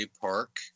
Park